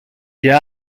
και